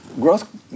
growth